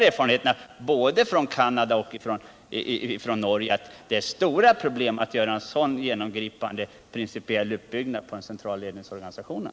Erfarenheterna både från Canada och Norge visar att det är stora problem att införa en principiellt ny uppbyggnad av den centrala ledningsorganisationen.